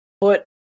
put